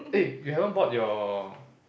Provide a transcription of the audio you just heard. eh you haven't bought your